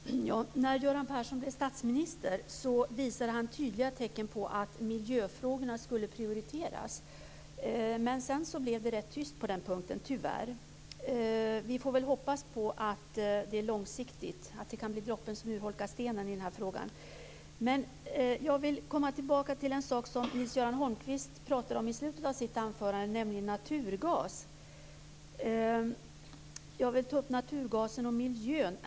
Fru talman! När Göran Persson blev statsminister visade han tydliga tecken på att miljöfrågorna skulle prioriteras. Men sedan blev det tyvärr rätt tyst på den punkten. Vi får väl hoppas på att det hela är långsiktigt och att det kan bli droppen som urholkar stenen i denna fråga. Jag vill komma tillbaka till en sak som Nils-Göran Holmqvist pratade om i slutet av sitt anförande, nämligen naturgas. Jag vill ta upp naturgasen och miljön.